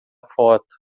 foto